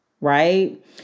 right